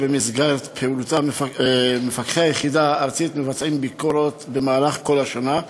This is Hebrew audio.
במסגרת פעילותה עורכים מפקחי היחידה הארצית ביקורות במהלך כל השנה,